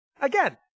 Again